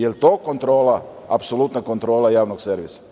Da li je to kontrola, apsolutna kontrola Javnog servisa?